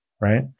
right